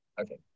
Okay